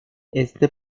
este